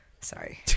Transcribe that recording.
Sorry